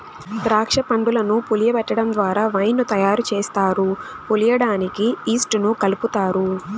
దాక్ష పండ్లను పులియబెటడం ద్వారా వైన్ ను తయారు చేస్తారు, పులియడానికి ఈస్ట్ ను కలుపుతారు